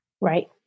Right